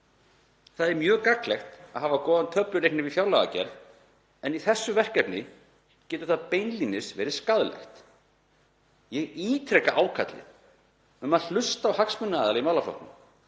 Það er mjög gagnlegt að hafa góðan töflureikni við fjárlagagerð en í þessu verkefni getur það beinlínis verið skaðlegt. Ég ítreka ákallið um að hlustað sé á hagsmunaaðila í málaflokknum.